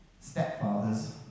stepfather's